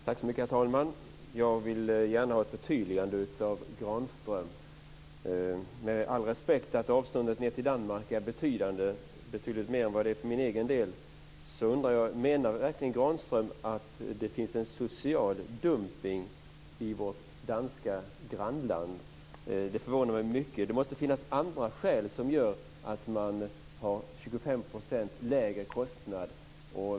Herr talman! Jag vill gärna ha ett förtydligande av Granström. Med all respekt för att avståndet ned till Danmark är betydande, betydligt större än vad det är för min egen del, undrar jag om Granström verkligen menar att det finns en social dumpning i vårt grannland Danmark. Det förvånar mig mycket. Det måste finnas andra skäl som gör att man har 25 % lägre kostnader.